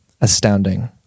astounding